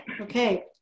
Okay